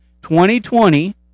2020